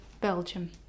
Belgium